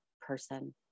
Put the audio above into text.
person